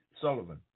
Sullivan